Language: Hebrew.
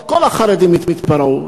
כל החרדים התפרעו.